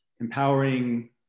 empowering